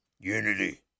Unity